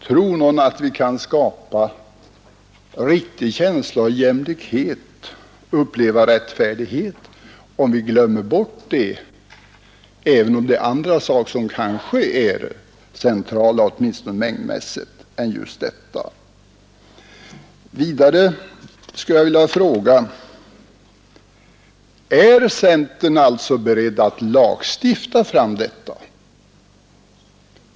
Tror någon att vi kan skapa en riktig känsla av jämlikhet och få uppleva rättfärdighet om vi glömmer bort den, även om andra saker är mera centrala åtminstone mängdmässigt sett? Vidare skulle jag vilja fråga: Är centern beredd att lagstifta om detta?